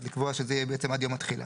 אז לקבוע שזה יהיה בעצם עד יום התחילה.